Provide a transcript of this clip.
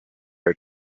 her